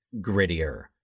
grittier